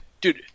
Dude